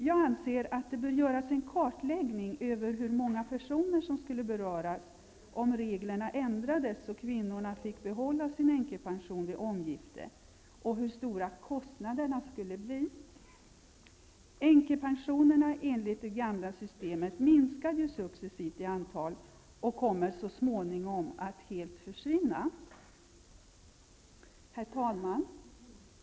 Jag anser att det bör göras en kartläggning över hur många personer som skulle beröras, om reglerna ändrades så att kvinnorna fick behålla sin änkepension vid omgifte, och hur stora kostnaderna skulle bli. Änkepensionerna enligt det gamla systemet minskar ju successivt i antal och kommer så småningom att helt försvinna. Herr talman!